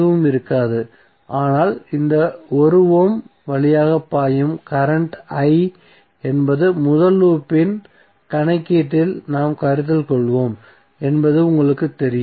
எதுவும் இருக்காது ஆனால் இந்த 1 ஓம் வழியாக பாயும் கரண்ட் என்பது முதல் லூப் இன் கணக்கீட்டில் நாம் கருத்தில் கொண்டுள்ளோம் என்பது உங்களுக்குத் தெரியும்